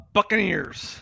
Buccaneers